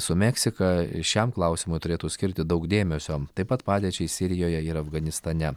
su meksika šiam klausimui turėtų skirti daug dėmesio taip pat padėčiai sirijoje ir afganistane